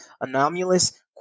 anomalous